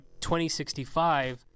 2065